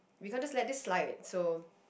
we can't just let this slide so